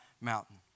mountain